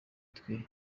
twe